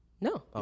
No